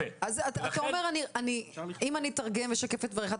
אם אשקף את דבריך,